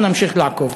אנחנו נמשיך לעקוב.